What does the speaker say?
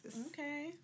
Okay